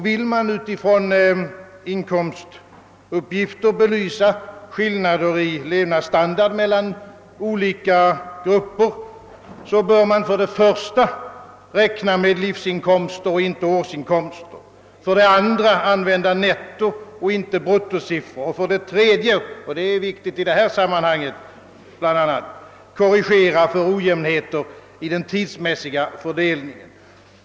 Vill man utifrån inkomstuppgifter belysa skillnader i levnadsstandard mellan olika grupper bör man för det första räkna med livsinkomster och inte årsinkomster, för det andra använda nettooch inte bruttosiffror och för det tredje — vilket är viktigt i detta sammanhang — korrigera med hänsyn till ojämnheter i den tidsmässiga fördelningen.